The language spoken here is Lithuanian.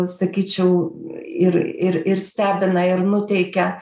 sakyčiau ir ir ir stebina ir nuteikia